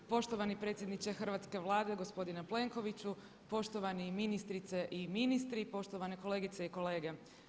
Poštovani predsjedniče hrvatske Vlade, gospodine Plenkoviću, poštovani ministrice i ministri, poštovane kolegice i kolege.